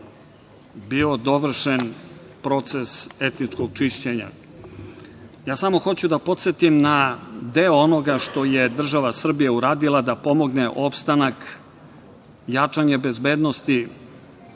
bio dovršen proces etničkog čišćenja. Ja samo hoću da podsetim na deo onoga što je država Srbija uradila da pomogne opstanku jačanja bezbednosti